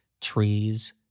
trees